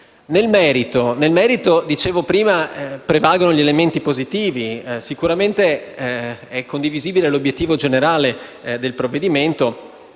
Nel merito, dicevo prima, prevalgono gli elementi positivi. Sicuramente è condivisibile l'obiettivo generale del provvedimento,